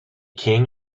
king